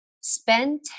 spend